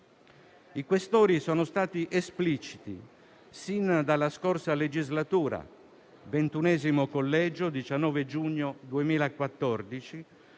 I Questori sono stati espliciti, sin dalla scorsa legislatura (XXI Collegio, 19 giugno 2014),